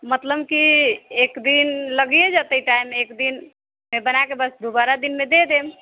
मतलब कि एक दिन लगिए जेतै टाइम एक दिनमे बना कऽ बस दुबारा दिनमे दऽ देब